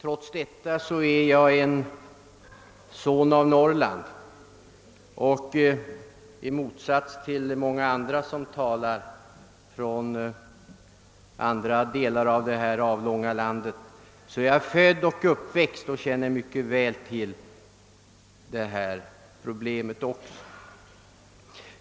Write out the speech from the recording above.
Herr talman! Trots att jag sitter på stockholmsbänken, är jag en son av Norrland. Jag är född och uppväxt där uppe, och känner fördenskull mycket väl till den fråga vi här diskuterar.